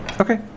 Okay